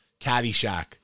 Caddyshack